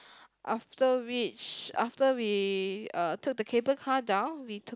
after which after we uh took the cable car down we took